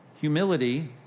Humility